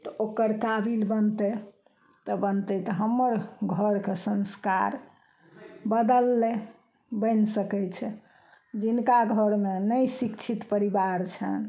तऽ ओकर काबिल बनतइ तऽ बनतइ तऽ हमर घरके संस्कार बदललै बनि सकय छै जिनका घरमे नहि शिक्षित परिवार छनि